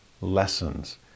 lessons